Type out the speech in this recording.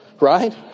Right